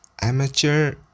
amateur